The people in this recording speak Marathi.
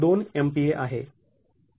२ MPa आहे